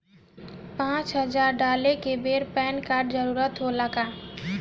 पचास हजार डाले के बेर पैन कार्ड के जरूरत होला का?